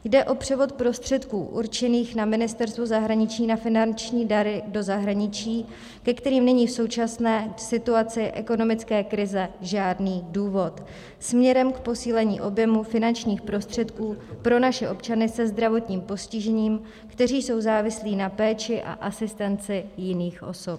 Jde o převod prostředků určených na Ministerstvu zahraničí na finanční dary do zahraničí, ke kterým není v současné situaci ekonomické krize žádný důvod, směrem k posílení objemu finančních prostředků pro naše občany se zdravotním postižením, kteří jsou závislí na péči a asistenci jiných osob.